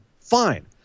fine